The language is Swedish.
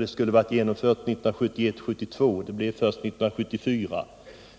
Det skulle ha varit genomfört 1971/72, men det blev först 1974.